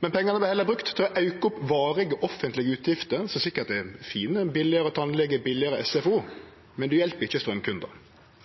Pengane vart heller brukte til å auke varige offentlege utgifter – som sikkert er fine: billigare tannlege, billigare SFO – men det hjelper ikkje